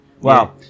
Wow